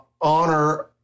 honor